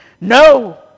No